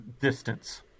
distance